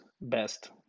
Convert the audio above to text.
best